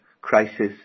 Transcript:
crisis